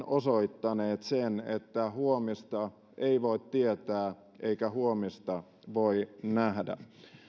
osoittaneet sen että huomista ei voi tietää eikä huomista voi nähdä